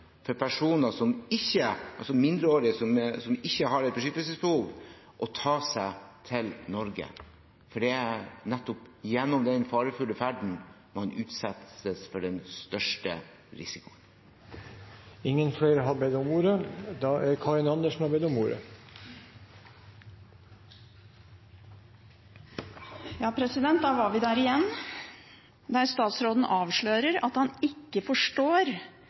for personer, altså mindreårige som ikke har et beskyttelsesbehov, til å ta seg til Norge. Det er nettopp gjennom den farefulle ferden man utsettes for den største risikoen. Dermed er replikkordskiftet over. De talere som heretter får ordet, har en taletid på inntil 3 minutter. Da var vi der igjen – der statsråden avslører at han ikke forstår